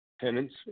tenants